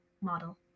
model